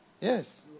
Yes